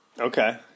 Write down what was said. Okay